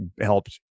helped